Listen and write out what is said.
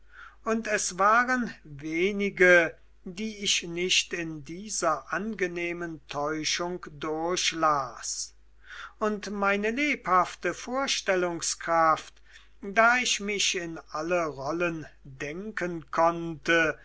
und es waren wenige die ich nicht in dieser angenehmen täuschung durchlas und meine lebhafte vorstellungskraft da ich mich in alle rollen denken konnte